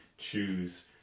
choose